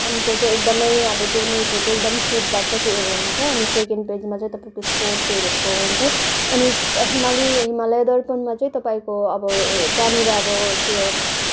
अनि जो चाहिँ एकदमै अब जो न्युजहरू चाहिँ एकदमै हिट भएको त्योहरू हुन्छ अनि सेकेन्ड पेजमा चाहिँ तपाईँको स्पोर्टहरूको हुन्छ अनि हिमालय हिमालय दर्पणमा चाहिँ तपाईँको अब जहाँनिर अब